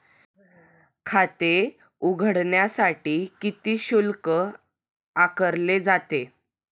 खाते उघडण्यासाठी किती शुल्क आकारले जाते?